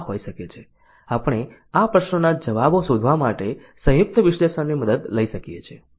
આ હોઈ શકે છે આપણે આ પ્રશ્નોના જવાબો શોધવા માટે સંયુક્ત વિશ્લેષણની મદદ લઈ શકીએ છીએ